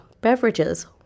beverages